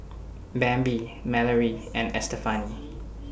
Bambi Malorie and Estefani